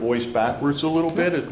voice backwards a little bit